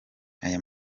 aya